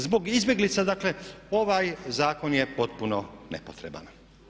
Zbog izbjeglica dakle ovaj zakon je potpuno nepotreban.